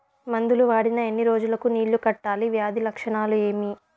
మందులు వాడిన ఎన్ని రోజులు కు నీళ్ళు కట్టాలి, వ్యాధి లక్షణాలు ఏమి?